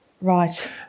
Right